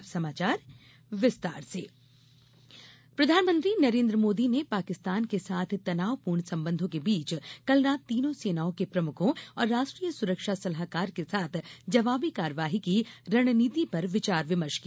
अब समाचार विस्तार से मोदी बैठक प्रधानमंत्री नरेन्द्र मोदी ने पाकिस्तान के साथ तनावपूर्ण संबंधों के बीच कल रात तीनों सेनाओं के प्रमुखों और राष्ट्रीय सुरक्षा सलाहकार के साथ जवाबी कार्यवाही की रणनीति पर विचार विमर्श किया